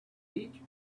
each